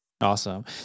Awesome